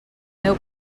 meu